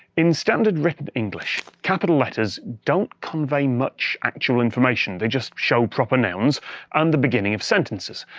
in standard written english, capital letters don't convey much actual information. they just show proper nouns and the beginning of sentences.